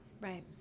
Right